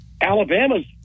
Alabama's